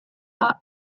are